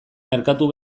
merkatu